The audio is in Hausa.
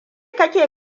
kake